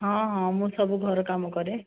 ହଁ ହଁ ମୁଁ ସବୁ ଘରକାମ କରେ